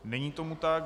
Není tomu tak.